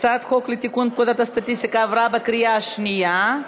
הצעת חוק לתיקון פקודת הסטטיסטיקה עברה בקריאה שנייה.